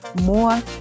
more